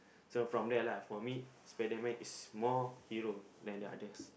so from there lah for me spiderman is more hero than the others